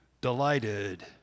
delighted